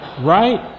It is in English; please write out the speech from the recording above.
Right